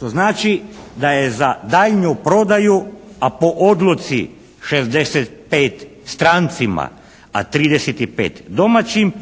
to znači da je za daljnju prodaju a po odluci 65 strancima a 35 domaćim,